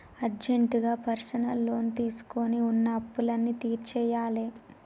అర్జెంటుగా personal loan తీసుకొని వున్న అప్పులన్నీ తీర్చేయ్యాలే